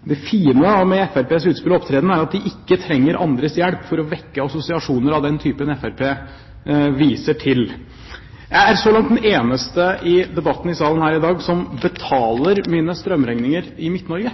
Det fine med Fremskrittspartiets utspill og opptreden er at de ikke trenger andres hjelp for å vekke assosiasjoner av den typen Fremskrittspartiet viser til. Jeg er så langt den eneste i debatten i salen her i dag som betaler mine strømregninger i